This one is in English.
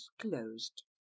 closed